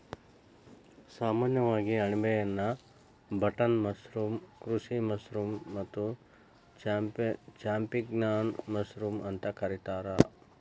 ಸಾಮಾನ್ಯವಾಗಿ ಅಣಬೆಯನ್ನಾ button mushroom, ಕೃಷಿ ಮಶ್ರೂಮ್ ಮತ್ತ ಚಾಂಪಿಗ್ನಾನ್ ಮಶ್ರೂಮ್ ಅಂತ ಕರಿತಾರ